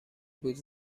بود